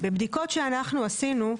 בבדיקות שאנחנו עשינו,